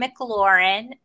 McLaurin